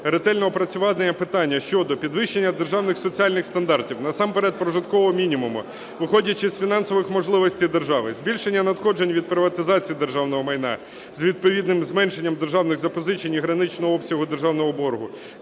ретельно опрацювати питання щодо: підвищення державних соціальних стандартів, насамперед прожиткового мінімуму, виходячи з фінансових можливостей держави; збільшення надходжень від приватизації державного майна з відповідним зменшенням державних запозичень і граничного обсягу державного боргу;